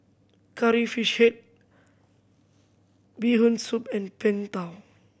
Curry Fish Head Bee Hoon Soup and Png Tao